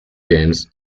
games